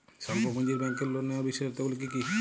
স্বল্প পুঁজির ব্যাংকের লোন নেওয়ার বিশেষত্বগুলি কী কী?